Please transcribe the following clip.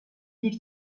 bir